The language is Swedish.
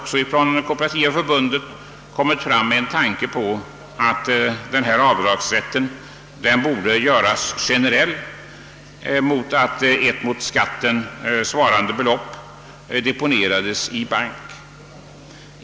Kooperativa förbundet fört fram en tanke på att denna avdragsrätt borde göras generell mot att ett mot skatten svarande belopp deponerades i bank.